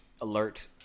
alert